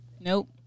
Nope